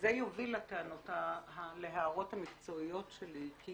וזה יוביל להערות המקצועיות שלי, כי